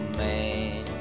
man